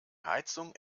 heizung